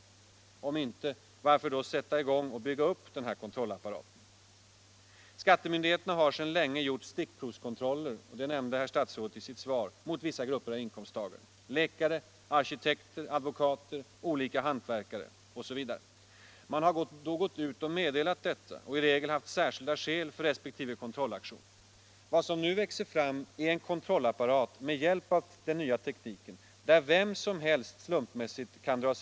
Nej, kontrollgruppen är i praktiken hela svenska folket.